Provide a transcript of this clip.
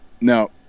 No